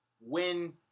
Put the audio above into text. win